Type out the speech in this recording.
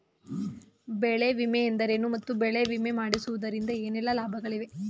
ಬೆಳೆ ವಿಮೆ ಎಂದರೇನು ಮತ್ತು ಬೆಳೆ ವಿಮೆ ಮಾಡಿಸುವುದರಿಂದ ಏನೆಲ್ಲಾ ಲಾಭಗಳಿವೆ?